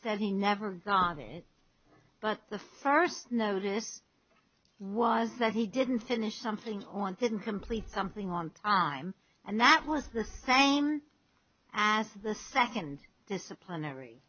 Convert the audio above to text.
says he never got it but the first notice was that he didn't finish something on didn't complete something on time and that was the same as the second disciplinary